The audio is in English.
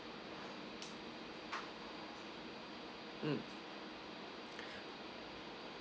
mm